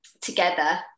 together